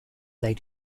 they